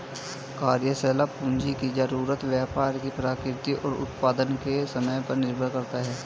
कार्यशाला पूंजी की जरूरत व्यापार की प्रकृति और उत्पादन के समय पर निर्भर करता है